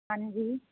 ਹਾਂਜੀ